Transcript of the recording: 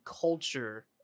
culture